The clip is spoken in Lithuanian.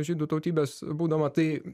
žydų tautybės būdama tai